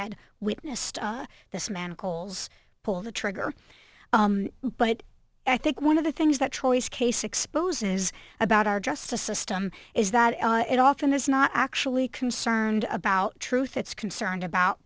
had witnessed this manacles pull the trigger but i think one of the things that choice case exposes about our justice system is that it often is not actually concerned about truth it's concerned about